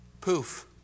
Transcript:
Poof